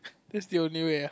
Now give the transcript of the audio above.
that's the only where